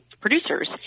producers